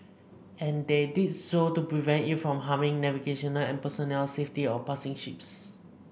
and they did so to prevent it from harming navigational and personnel safety of passing ships